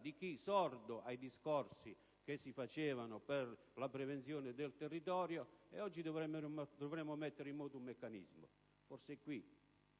di chi è stato sordo ai discorsi che si facevano per la prevenzione sul territorio. Oggi dovremmo mettere in moto un meccanismo, e forse qui